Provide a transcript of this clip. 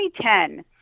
2010 –